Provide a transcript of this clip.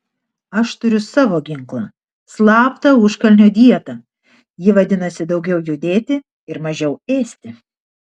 aš turiu savo ginklą slaptą užkalnio dietą ji vadinasi daugiau judėti ir mažiau ėsti